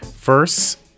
First